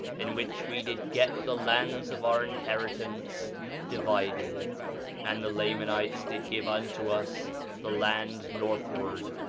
in which we did get the lands of our inheritance divided and the lamanites did give unto us the land northward,